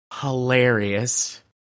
hilarious